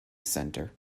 centre